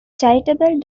charitable